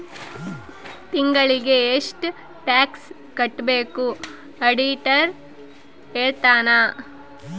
ತಿಂಗಳಿಗೆ ಎಷ್ಟ್ ಟ್ಯಾಕ್ಸ್ ಕಟ್ಬೇಕು ಆಡಿಟರ್ ಹೇಳ್ತನ